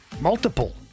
multiple